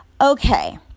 okay